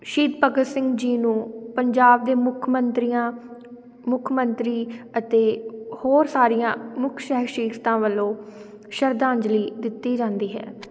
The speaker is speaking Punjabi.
ਸ਼ਹੀਦ ਭਗਤ ਸਿੰਘ ਜੀ ਨੂੰ ਪੰਜਾਬ ਦੇ ਮੁੱਖ ਮੰਤਰੀਆਂ ਮੁੱਖ ਮੰਤਰੀ ਅਤੇ ਹੋਰ ਸਾਰੀਆਂ ਮੁੱਖ ਸ਼ਖਸ਼ੀਅਤਾਂ ਵੱਲੋਂ ਸ਼ਰਧਾਂਜਲੀ ਦਿੱਤੀ ਜਾਂਦੀ ਹੈ